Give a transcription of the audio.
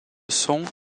son